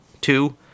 Two